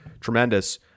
tremendous